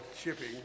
shipping